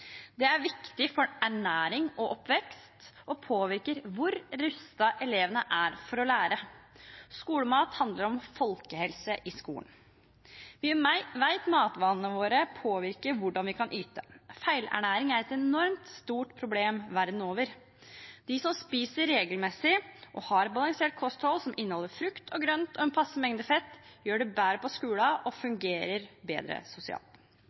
Det er viktig for ernæring og oppvekst og påvirker hvor rustet elevene er for å lære. Skolemat handler om folkehelse i skolen. Vi vet at matvanene våre påvirker hvordan vi kan yte. Feilernæring er et enormt stort problem verden over. De som spiser regelmessig og har et balansert kosthold som inneholder frukt og grønt og en passe mengde fett, gjør det bedre på skolen og fungerer bedre sosialt.